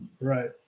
Right